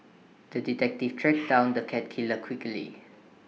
the detective tracked down the cat killer quickly